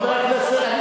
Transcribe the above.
חבר הכנסת,